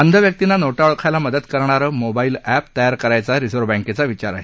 अंध व्यक्तींना नोटा ओळखायला मदत करणारे मोबाईल अप्टतयार करायचा रिझर्व्ह बँकेचा विचार आहे